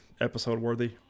episode-worthy